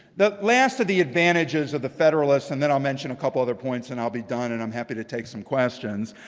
the last of the advantages of the federalists, and then i'll mention a couple other points and i'll be done, and i'm happy to take some questions,